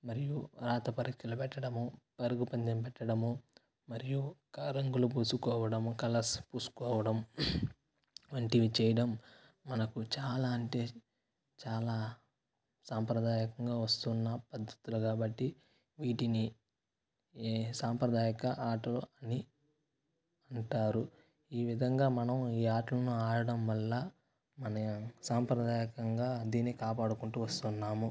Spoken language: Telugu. మరియు రాత పరీక్షలు పెట్టడము పరుగు పందెం పెట్టడము మరియు ఇంకా రంగులు పూసుకోవడము కలర్స్ పూసుకోవడం వంటివి చేయడం మనకు చాలా అంటే చాలా సాంప్రదాయంకరంగా వస్తున్న పద్ధతులు కాబట్టి వీటిని ఏ సాంప్రదాయ ఆటలు అని అంటారు ఈ విధంగా మనం ఈ ఆటలను ఆడడం వల్ల మన సాంప్రదాయకరంగా దీన్ని కాపాడుకుంటు వస్తున్నాము